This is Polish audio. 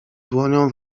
dłonią